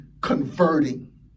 converting